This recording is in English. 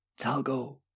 Talgo